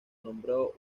nombró